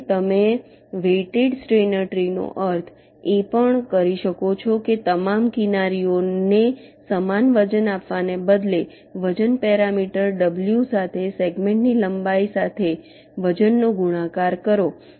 અને તમે weighted Steiner ટ્રીનો અર્થ એ પણ કરી શકો છો કે તમામ કિનારીઓને સમાન વજન આપવાને બદલે તમે વજન પેરામીટર ડબલ્યુ સાથે સેગમેન્ટની લંબાઈ સાથે વજનનો ગુણાકાર કરો